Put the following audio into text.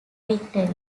victory